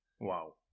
Wow